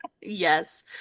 Yes